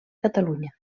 catalunya